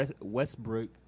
Westbrook